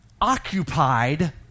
occupied